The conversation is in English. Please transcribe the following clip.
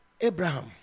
Abraham